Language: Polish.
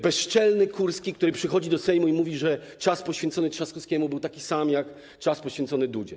Bezczelny Kurski przychodzi do Sejmu i mówi, że czas poświęcony Trzaskowskiemu był taki sam jak czas poświęcony Dudzie.